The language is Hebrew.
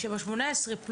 שב-18+,